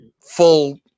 full